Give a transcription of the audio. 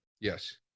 Yes